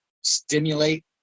stimulate